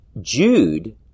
Jude